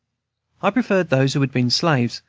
i preferred those who had been slaves,